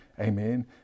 Amen